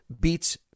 Beats